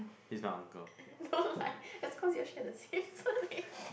don't lie that's because you all share the same surname